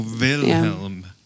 Wilhelm